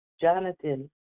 Jonathan